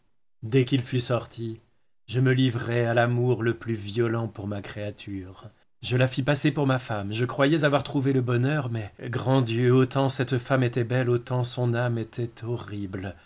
dès qu'il fut sorti je me livrai à l'amour le plus violent pour ma créature je la fis passer pour ma femme je croyais avoir trouvé le bonheur mais grand dieu autant cette femme était belle autant son âme était horrible